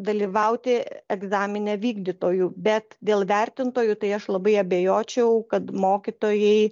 dalyvauti egzamine vykdytoju bet dėl vertintojų tai aš labai abejočiau kad mokytojai